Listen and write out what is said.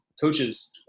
coaches